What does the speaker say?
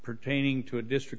pertaining to a district